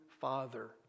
father